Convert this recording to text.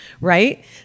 right